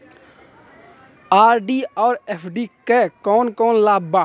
RD और FD क कौन कौन लाभ बा?